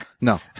No